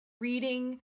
reading